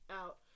out